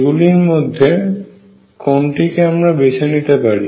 এগুলির মধ্যে কোনটিকে আমরা বেছে নিতে পারি